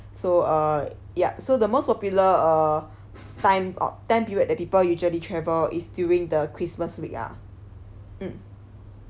so uh yup so the most popular uh time uh time period the people usually travel is during the christmas week ah mm